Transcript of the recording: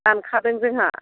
दानखादों जोंहा